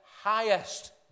highest